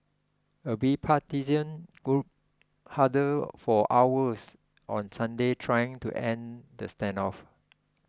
a bipartisan group huddled for hours on Sunday trying to end the standoff